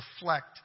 reflect